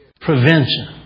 Prevention